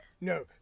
No